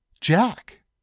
Jack